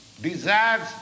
desires